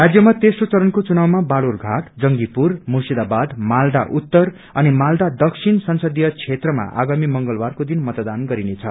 राज्यमा तेस्रो चरण्को चुनावमा बालुरघाट जंगीपुर मुर्शिदाबाद मालदा उत्तर अनि मालदा दक्षिण संसदीय क्षेत्रमा आगामी मंगलबारको दिन मतदान गरिनेछ